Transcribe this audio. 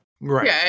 Right